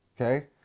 okay